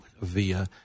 via